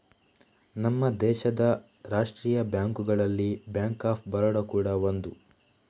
ನಮ್ಮ ದೇಶದ ರಾಷ್ಟೀಯ ಬ್ಯಾಂಕುಗಳಲ್ಲಿ ಬ್ಯಾಂಕ್ ಆಫ್ ಬರೋಡ ಕೂಡಾ ಒಂದು